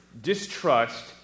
distrust